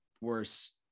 worse